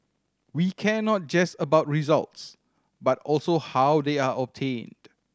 we care not just about results but also how they are obtained